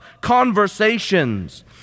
conversations